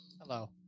Hello